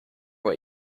what